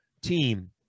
team